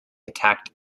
attacked